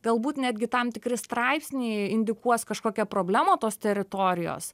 galbūt netgi tam tikri straipsniai indikuos kažkokią problemą tos teritorijos